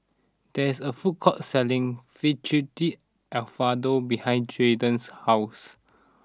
there is a food court selling Fettuccine Alfredo behind Jadon's house